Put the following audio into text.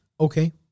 Okay